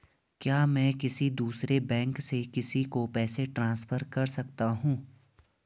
क्या मैं किसी दूसरे बैंक से किसी को पैसे ट्रांसफर कर सकता हूँ?